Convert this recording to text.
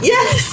Yes